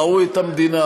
ראו את המדינה,